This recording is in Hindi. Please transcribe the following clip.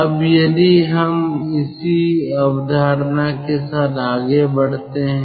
अब यदि हम उसी अवधारणा के साथ आगे बढ़ते हैं